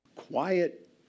quiet